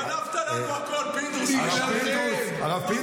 גנבת לנו הכול, פינדרוס, לא השארת כלום.